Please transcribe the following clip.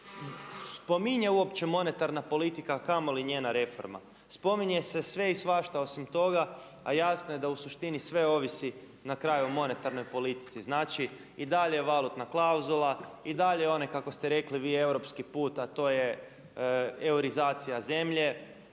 spominje uopće monetarna politika a kamoli njena reforma. Spominje se sve i svašta osim toga a jasno je da u suštini sve ovisi na kraju o monetarnoj politici. Znači i dalje valutna klauzula, i dalje one kako ste rekli vi europski put a to je eorizacija zemlje,